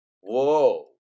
whoa